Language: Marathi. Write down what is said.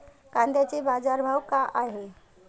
कांद्याचे बाजार भाव का हाये?